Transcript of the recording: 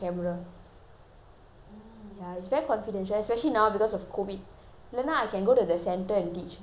ya it's very confidential especially now because of COVID இல்லை என்றால்:illai endral can go to the centre and teach but now like that cannot